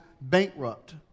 bankrupt